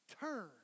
Turn